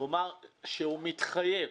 הוא אמר שהוא מתחייב,